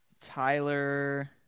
Tyler